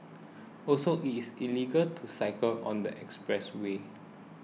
also it's illegal to cycle on the expressway